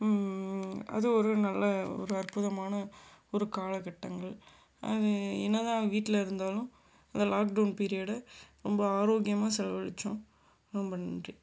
அது ஒரு நல்ல ஒரு அற்புதமான ஒரு காலகட்டங்கள் அது என்ன தான் வீட்டில் இருந்தாலும் அந்த லாக்டவுன் பீரியடு ரொம்ப ஆரோக்கியமாக செலவழித்தோம் ரொம்ப நன்றி